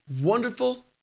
wonderful